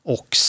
Och